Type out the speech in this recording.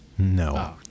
No